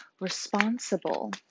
responsible